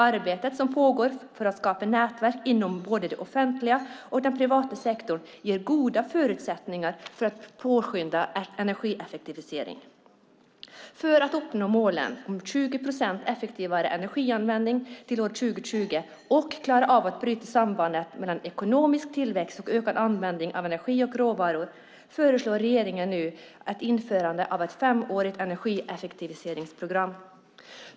Arbetet som pågår för att skapa nätverk inom både den offentliga och den privata sektorn ger goda förutsättningar för att påskynda energieffektivisering. För att uppnå målen om 20 procent effektivare energianvändning till år 2020 och klara av att bryta sambandet mellan ekonomisk tillväxt och ökad användning av energi och råvaror föreslår regeringen nu införandet av ett femårigt energieffektiviseringsprogram.